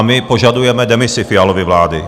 My požadujeme demisi Fialovy vlády.